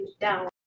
down